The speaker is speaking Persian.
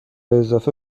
اضافه